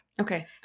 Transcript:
Okay